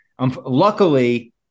luckily